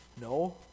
No